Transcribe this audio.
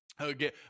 Okay